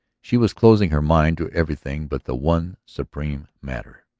she was closing her mind to everything but the one supreme matter.